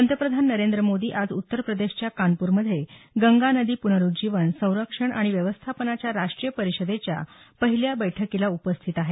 पंतप्रधान नरेंद्र मोदी आज उत्तर प्रदेशच्या कानपूरमध्ये गंगा नदी पुनरुज्जीवन संरक्षण आणि व्यवस्थापनाच्या राष्ट्रीय परिषदेच्या पहिल्या बैठकीला उपस्थित आहेत